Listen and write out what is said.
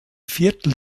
viertel